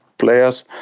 Players